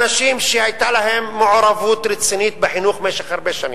אנשים שהיתה להם מעורבות רצינית בחינוך במשך הרבה שנים,